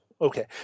Okay